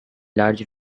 large